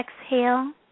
exhale